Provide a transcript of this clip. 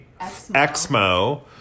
exmo